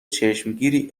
چشمگیری